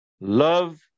love